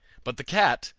but the cat,